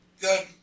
good